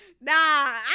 nah